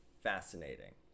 fascinating